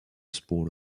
sport